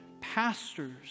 pastors